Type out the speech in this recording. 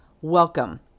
welcome